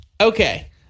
okay